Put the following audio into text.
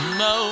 no